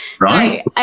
right